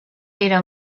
era